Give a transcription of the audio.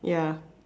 ya